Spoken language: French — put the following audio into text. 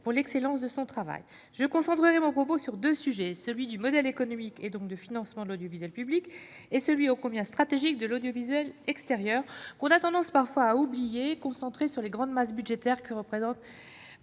pour l'excellence de son travail. Je concentrerai mon propos sur deux sujets : celui du modèle économique, et donc du financement de l'audiovisuel public, et celui, ô combien stratégique, de l'audiovisuel extérieur que l'on a parfois tendance à oublier en se concentrant sur les grandes masses budgétaires que représentent